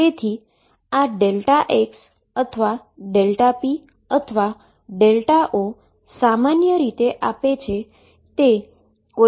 તેથી આ Δx અથવા Δp અથવા ΔO સામાન્ય રીતે આપે છે કે તે કોઈપણ ક્વોન્ટીટીમાં સ્પ્રેડ છે